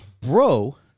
bro